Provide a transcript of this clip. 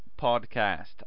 podcast